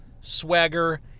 swagger